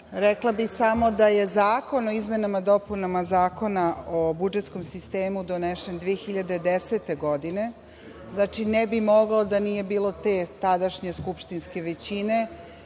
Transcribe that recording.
rekla bih samo da je Zakon o izmenama i dopunama Zakona o budžetskom sistemu donesen 2010. godine. Znači, ne bi moglo da nije bilo te tadašnje skupštinske većine,